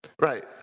right